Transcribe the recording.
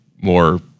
more